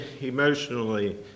emotionally